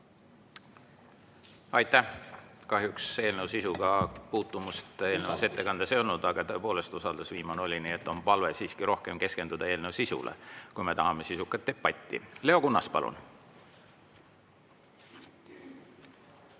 Aitäh! Kahjuks eelnõu sisuga puutumust eelnevas ettekandes ei olnud, aga tõepoolest usaldus viimane oli. Nii et on palve siiski rohkem keskenduda eelnõu sisule, kui me tahame sisukat debatti. Leo Kunnas, palun!